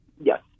Yes